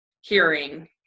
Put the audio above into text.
hearing